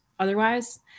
Otherwise